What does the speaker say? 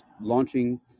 launching